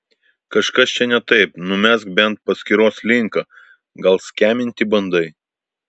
kažkas čia ne taip numesk bent paskyros linką gal skeminti bandai